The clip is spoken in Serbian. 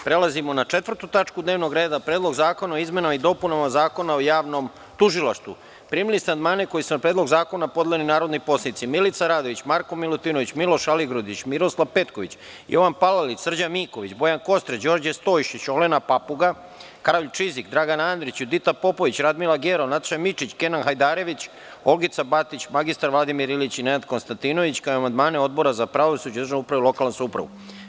Prelazimo na 4. tačku dnevnog reda – PREDLOG ZAKONA O IZMENAMA I DOPUNAMA ZAKONA O JAVNOM TUŽILAŠTVU Primili ste amandmane koji su na Predlog zakona podneli narodni poslanici Milica Radović, Marko Milutinović, Miloš Aligrudić, Miroslav Petković, Jovan Palalić, Srđan Miković, Bojan Kostreš, Đorđe Stojšić, Olena Papuga, Karolj Čizik, Dragan Andrić, Judita Popović, Radmila Gerov, Nataša Mićić, Kenan Hajdarević, Olgica Batić, mr Vladimir Ilić i Nenad Konstantinović, kao i amandmane Odbora za pravosuđe, državnu upravu i lokalnu samoupravu.